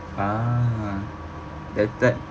ah that type